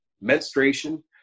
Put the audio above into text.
menstruation